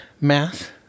math